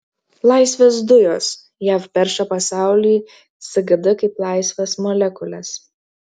laisvės dujos jav perša pasauliui sgd kaip laisvės molekules